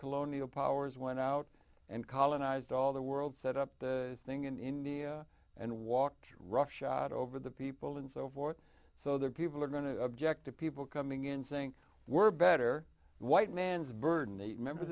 colonial powers went out and colonized all the world set up the thing in india and walked roughshod over the people and so forth so that people are going to object to people coming in saying we're better white man's burden they remember